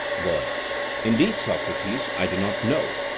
boy indeed, socrates, i do not know.